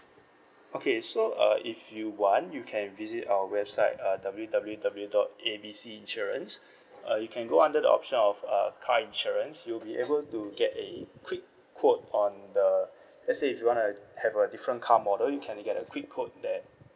okay so uh if you want you can visit our website uh W W W dot A B C insurance uh you can go under the option of uh car insurance you'll be able to get a quick quote on the let's say if you want to have a different car model you can get a quick quote there